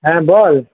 হ্যাঁ বল